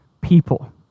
people